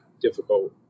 difficult